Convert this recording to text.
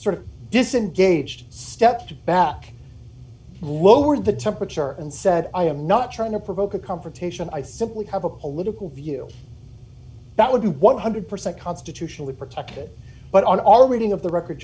sort of disengaged stepped back lowered the temperature and said i am not trying to provoke a confrontation i simply have a political view that would be one hundred percent constitutionally protected but on all the reading of the record